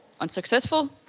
unsuccessful